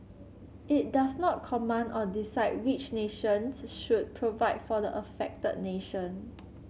it does not command or decide which nations should provide for the affected nation